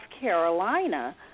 Carolina